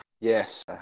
Yes